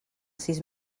sis